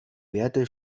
werte